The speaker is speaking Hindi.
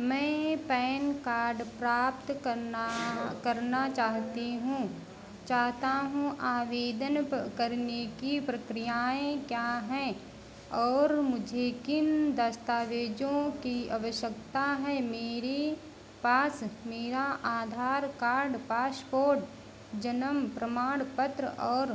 मैं पैन कार्ड प्राप्त करना करना चाहती हूँ चाहता हूँ आवेदन करने की प्रक्रियाएँ क्या हैं और मुझे किन दस्तावेज़ों की आवश्यकता है मेरे पास मेरा आधार कार्ड पासपोर्ट जन्म प्रमाण पत्र और